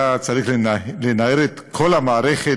היה צריך לנער את כל המערכת,